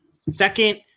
second